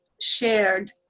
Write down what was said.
shared